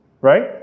Right